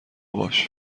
باش